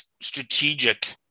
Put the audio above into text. strategic